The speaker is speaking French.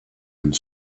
une